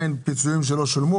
לחקלאות.